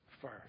first